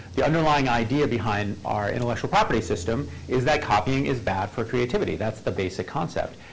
the underlying idea behind our intellectual property system is that copying is bad for creativity. that's the basic concept.